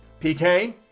PK